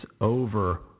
over